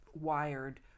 wired